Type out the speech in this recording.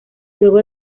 luego